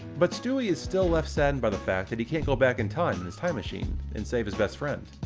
but stewie is still left saddened by the fact, that he can't go back in time in his time machine, and save his best friend.